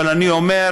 אבל אני אומר,